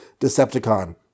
Decepticon